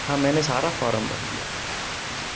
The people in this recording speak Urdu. ہاں میں نے سارا فارم بھر لیا تھا جی